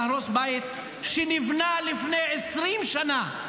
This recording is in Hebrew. להרוס בית שנבנה לפני 20 שנה?